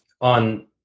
on